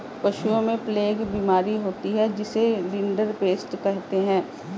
पशुओं में प्लेग बीमारी होती है जिसे रिंडरपेस्ट कहते हैं